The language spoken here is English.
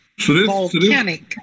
volcanic